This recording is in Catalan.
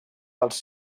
dels